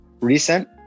Recent